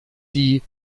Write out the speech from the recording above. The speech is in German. die